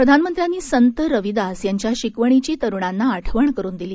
प्रधानमंत्र्यांनी संत रविदास यांच्या शिकवणीची तरुणांना आठवण करून दिली